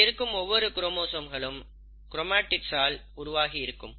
இதில் இருக்கும் ஒவ்வொரு குரோமோசோம்களும் க்ரோமாடிட்ஸ் ஆல் உருவாகி இருக்கும்